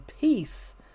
peace